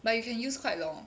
but you can use quite long